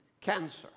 Cancer